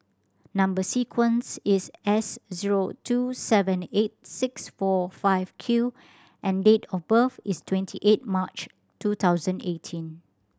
number sequence is S zero two seven eight six four five Q and date of birth is twenty eighth March two thousand eighteen